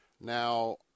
Now